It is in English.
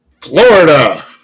Florida